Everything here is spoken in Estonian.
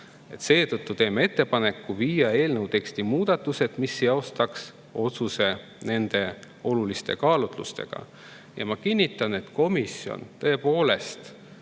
Seetõttu teeme ettepaneku viia eelnõu teksti muudatused, mis seostaks otsuse nende oluliste kaalutlustega." Ma kinnitan, et komisjon tõepoolest